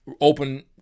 open